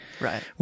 Right